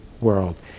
world